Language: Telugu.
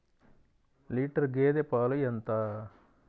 లీటర్ గేదె పాలు ఎంత?